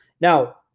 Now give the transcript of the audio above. Now